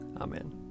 Amen